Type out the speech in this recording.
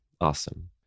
awesome